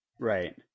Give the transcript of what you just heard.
Right